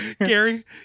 gary